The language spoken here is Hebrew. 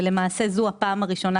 ולמעשה, זאת הפעם הראשונה